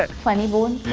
but funny bone